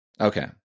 Okay